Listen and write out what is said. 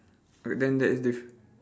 wait then that is different